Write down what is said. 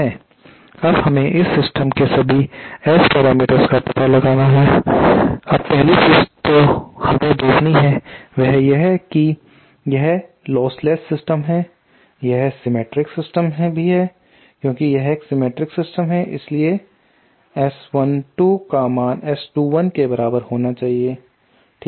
अब हमें इस सिस्टम के सभी S पैरामीटर्स का पता लगाना है अब पहली चीज जो हमें देखनी है वह यह है कि यह लोस्टलेस सिस्टम है यह सिमेट्रिक सिस्टम भी है क्योंकि यह एक सिमेट्रिक सिस्टम है जिसमें S12 का मान S21 के बराबर होना चाहिए ठीक है